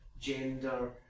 gender